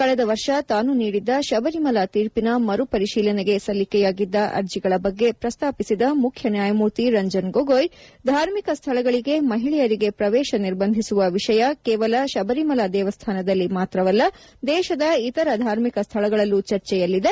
ಕಳೆದ ವರ್ಷ ತಾನು ನೀಡಿದ್ದ ಶಬರಿಮಲಾ ತೀರ್ಪಿನ ಮರು ಪರಿಶೀಲನೆಗೆ ಸಲ್ಲಿಕೆಯಾಗಿದ್ದ ಅರ್ಜಿಗಳ ಬಗ್ಗೆ ಪ್ರಸ್ತಾಪಿಸಿದ ಮುಖ್ಯ ನ್ಯಾಯಮೂರ್ತಿ ರಂಜನ್ ಗೊಗೋಯ್ ಧಾರ್ಮಿಕ ಸ್ದಳಗಳಿಗೆ ಮಹಿಳೆಯರಿಗೆ ಪ್ರವೇಶ ನಿರ್ಬಂಧಿಸುವ ವಿಷಯ ಕೇವಲ ಶಬರಿಮಲಾ ದೇವಸ್ಥಾನದಲ್ಲಿ ಮಾತ್ರವಲ್ಲ ದೇಶದ ಇತರ ಧಾರ್ಮಿಕ ಸ್ಥಳಗಳಲ್ಲೂ ಚರ್ಚೆಯಲ್ಲಿದೆ